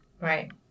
right